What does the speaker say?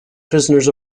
prisoners